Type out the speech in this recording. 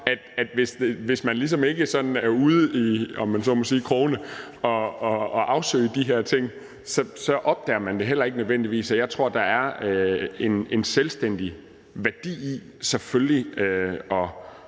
ligesom ikke er ude i krogene og afsøge de her ting, opdager man dem heller ikke nødvendigvis. Og jeg tror, der er en selvstændig værdi i selvfølgelig at